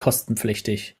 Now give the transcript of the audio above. kostenpflichtig